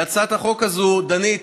להצעת החוק הזאת, דנית,